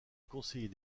conseiller